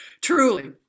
Truly